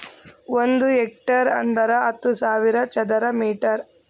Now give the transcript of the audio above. ಒಂದ್ ಹೆಕ್ಟೇರ್ ಅಂದರ ಹತ್ತು ಸಾವಿರ ಚದರ ಮೀಟರ್